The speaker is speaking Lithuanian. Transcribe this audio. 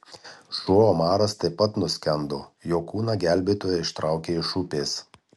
šuo omaras taip pat nuskendo jo kūną gelbėtojai ištraukė iš upės